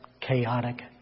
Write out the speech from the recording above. chaotic